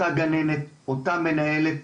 אותה גננת, אותה מנהלת.